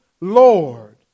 Lord